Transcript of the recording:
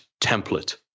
template